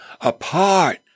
apart